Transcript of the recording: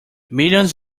millions